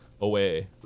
away